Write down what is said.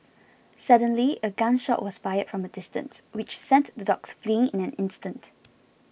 suddenly a gun shot was fired from a distance which sent the dogs fleeing in an instant